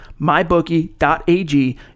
MyBookie.ag